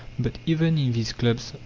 but even in these clubs,